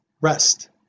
rest